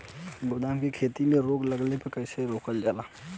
गेंदा की खेती में रोग लगने पर कैसे रोकल जाला?